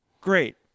great